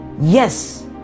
yes